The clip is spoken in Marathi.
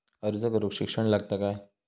अर्ज करूक शिक्षण लागता काय?